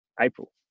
April